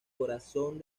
corazón